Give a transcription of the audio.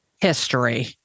history